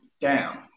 down